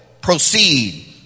proceed